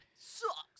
Sucks